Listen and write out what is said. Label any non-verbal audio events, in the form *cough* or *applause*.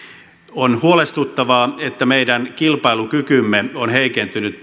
on huolestuttavaa että meidän kilpailukykymme on heikentynyt *unintelligible*